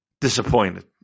disappointed